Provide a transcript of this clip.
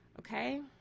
okay